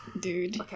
dude